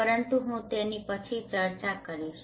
પરંતુ હું તેની પછી ચર્ચા કરીશ